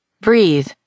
Breathe